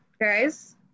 guys